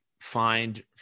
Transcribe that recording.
find